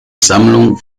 sammlung